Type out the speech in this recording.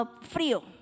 frío